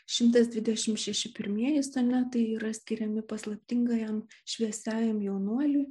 šimtas dvidešimt šeši pirmieji sonetai yra skiriami paslaptingajam šviesiajam jaunuoliui